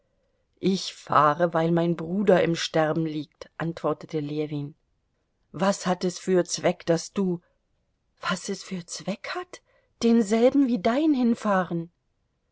ich fahre weil mein bruder im sterben liegt antwortete ljewin was hat es für zweck daß du was es für zweck hat denselben wie dein hinfahren